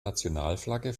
nationalflagge